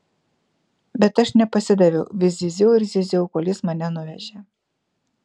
bet aš nepasidaviau vis zyziau ir zyziau kol jis mane nuvežė